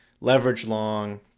leverage-long